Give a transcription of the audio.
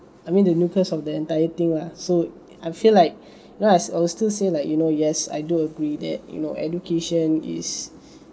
I mean the nucleus of the entire thing lah so I feel like yes I'll still say like you know yes I do agree that you know education is